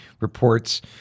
reports